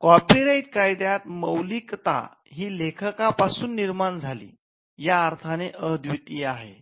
copyright कायद्यात मौलिकता ही लेखकापासून निर्माण झाली या अर्थाने अद्वितीय आहे